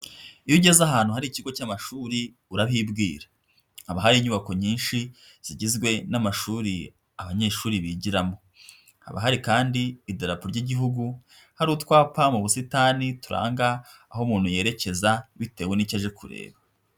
Iyo ugeze ahantu hari ikigo cy'amashuri urahibwira, haba hari inyubako nyinshi zigizwe n'amashuri abanyeshuri bigiramo, haba hari kandi idarapo ry'igihugu hari utwapa mu busitani turanga aho umuntu yerekeza bitewe n'icyo aje kureba.